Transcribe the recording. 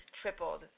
tripled